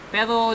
Pero